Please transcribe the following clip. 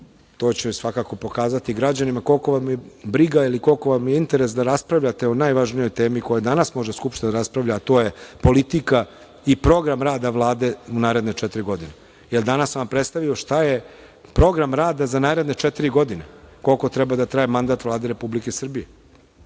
to će svakako pokazati građanima kolika vam je briga ili koliki vam je interes da raspravljate o najvažnijoj temi o kojoj danas može Skupština da raspravlja, a to je politika i Program rada Vlade u naredne četiri godine, jer danas sam vam predstavio šta je program rada za naredne četiri godine, koliko treba da traje mandat Vlade Republike Srbije.